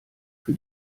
für